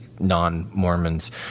non-Mormons